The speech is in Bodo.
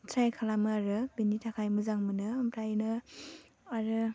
ट्राइ खालामो आरो बिनि थाखाय मोजां मोनो ओंखायनो आरो